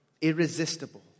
Irresistible